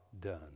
done